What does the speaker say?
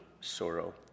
sorrow